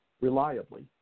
reliably